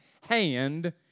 hand